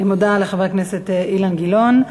אני מודה לחבר הכנסת אילן גילאון.